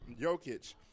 Jokic